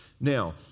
Now